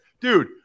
Dude